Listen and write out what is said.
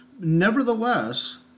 Nevertheless